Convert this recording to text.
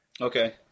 Okay